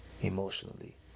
emotionally